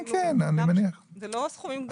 לא סכומים גדולים.